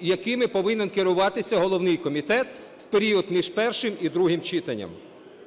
якими повинен керуватися головний комітет в період між першим і другим читанням.